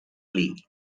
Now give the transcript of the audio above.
lee